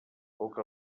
poca